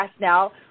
now